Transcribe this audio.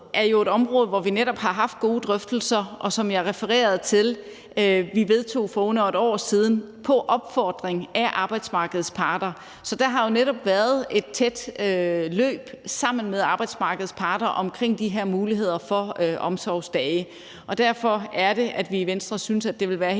er jo et område, hvor vi netop har haft gode drøftelser, og hvor vi, som jeg refererede til, vedtog muligheden for omsorgsdage for under et år siden på opfordring af arbejdsmarkedets parter. Så der har jo netop været et tæt løb sammen med arbejdsmarkedets parter omkring de her muligheder for omsorgsdage. Derfor er det, at vi i Venstre synes, at det ville være helt